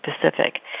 Pacific